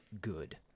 good